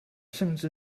甚至